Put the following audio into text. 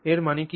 এর মানে কি